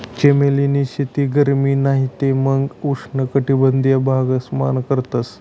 चमेली नी शेती गरमी नाही ते मंग उष्ण कटबंधिय भागस मान करतस